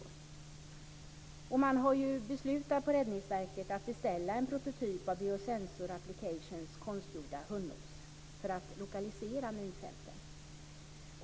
Räddningsverket har beslutat att beställa en prototyp av Biosensor Applications konstgjorda hundnos för att lokalisera minfälten.